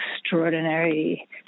extraordinary